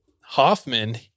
Hoffman